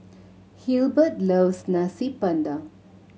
Hilbert loves Nasi Padang